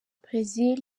brezil